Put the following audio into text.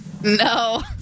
No